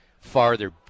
farther